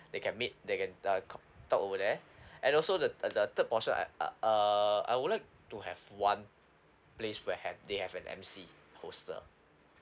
they can meet they can uh cau~ talk over there and also the the the third portion I uh uh I would like to have one place where have they have an emcee host uh